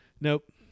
Nope